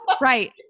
Right